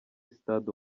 stade